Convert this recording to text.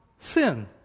sin